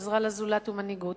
עזרה לזולת ומנהיגות.